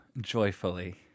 joyfully